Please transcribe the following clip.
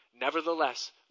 Nevertheless